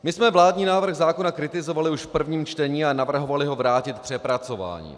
My jsme vládní návrh zákona kritizovali už v prvním čtení a navrhovali ho vrátit k přepracování.